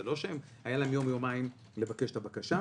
זה לא שהיו להם יום-יומיים לבקש את הבקשה,